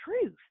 truth